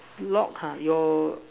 lock ha you